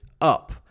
up